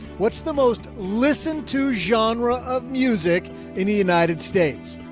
what's the most listened to genre of music in the united states.